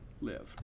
live